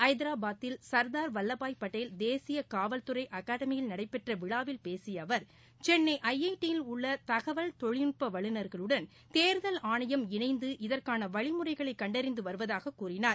ஐதராபாதில் சர்தார் வல்லபாய் படேல் தேசிய காவல்துறை அகாடமியில் நடைபெற்ற விழாவில் பேசிய அவர் சென்னை தஐடியில் உள்ள தகவல் தொழில்நுட்ப வல்லுநர்களுடன் தேர்தல் ஆணையம் இணைந்து இதற்கான வழிமுறைகளை கண்டறிந்து வருவதாக கூறினார்